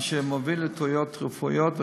אשר מוביל לטעויות רפואיות,